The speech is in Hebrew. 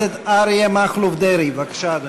חבר